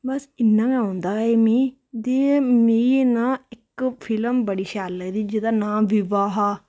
बस इन्ना गै औंदी मी ते एह् मिगी इन्ना इक फिल्म बड़ी शैल लगदी जेह्दा नांऽ बिबाह्